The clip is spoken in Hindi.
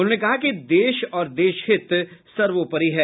उन्होंने कहा कि देश और देश हित सर्वोपरि है